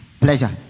pleasure